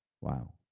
Wow